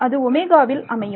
அது ஒமேகாவில் அமையும்